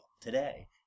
today